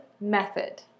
method